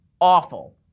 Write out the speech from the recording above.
awful